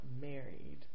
married